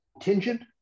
contingent